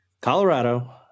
Colorado